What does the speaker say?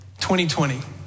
2020